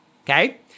okay